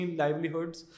livelihoods